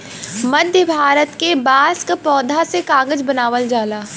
मध्य भारत के बांस क पौधा से कागज बनावल जाला